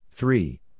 Three